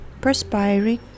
perspiring